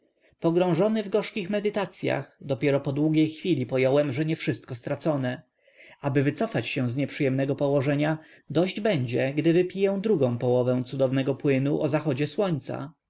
dziwy pogrążony w gorzkich medytacyach dopiero po długiej chwili pojąłem że nie wszystko stracone aby wycofać się z nieprzyjemnego położenia dość będzie gdy wypiję drugą połowę cudownego płynu o zachodzie słońca